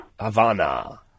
Havana